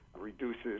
reduces